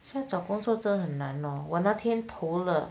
现在找工作真的很难 loh 我那天投了